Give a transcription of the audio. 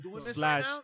slash